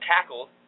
tackled